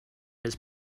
his